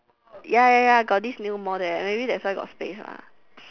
ya ya ya got this new mall there maybe that's why got space mah